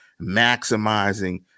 maximizing